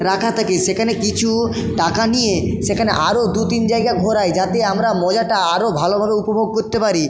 রাখা থাকে সেখানে কিছু টাকা নিয়ে সেখানে আরও দু তিন জায়গা ঘোরায় যাতে আমরা মজাটা আরও ভালোভাবে উপভোগ করতে পারি